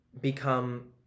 become